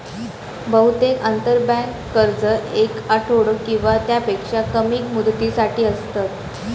बहुतेक आंतरबँक कर्ज येक आठवडो किंवा त्यापेक्षा कमी मुदतीसाठी असतत